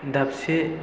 दाबसे